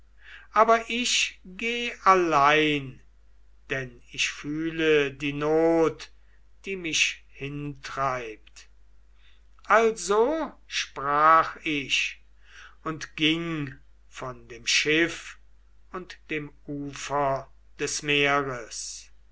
aber ich geh allein denn ich fühle die not die mich hintreibt also sprach ich und ging von dem schiff und dem ufer des meeres